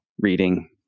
reading